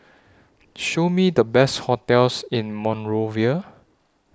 Show Me The Best hotels in Monrovia